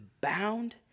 bound